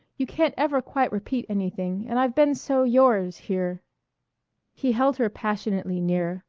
you can't ever quite repeat anything, and i've been so yours, here he held her passionately near,